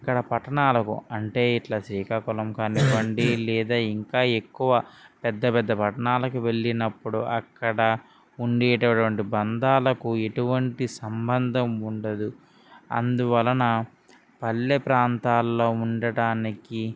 ఇక్కడ పట్టణాలకు అంటే ఇట్లా శ్రీకాకుళం కానివ్వండి లేదా ఇంకా ఎక్కువ పెద్ద పెద్ద పట్టణాలకు వెళ్ళినప్పుడు అక్కడ ఉండేటటువంటి బంధాలకు ఎటువంటి సంబంధం ఉండదు అందువలన పల్లె ప్రాంతాల్లో ఉండటానికి